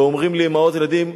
ואומרים לאמהות לילדים: